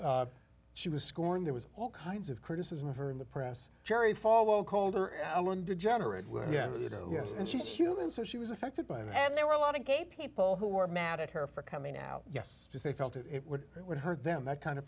canceled she was scorned there was all kinds of criticism of her in the press jerry falwell colder ellen degenerate yes yes and she's human so she was affected by it and there were a lot of gay people who were mad at her for coming out yes because they felt it would it would hurt them that kind of